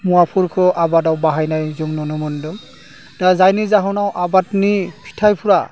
मुवाफोरखौ आबादाव बाहायनाय जों नुनो मोनदों दा जायनि जाहोनाव आबादनि फिथाइफ्रा